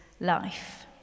life